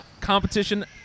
Competition